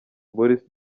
boris